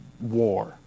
war